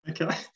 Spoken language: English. Okay